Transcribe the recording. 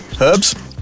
Herbs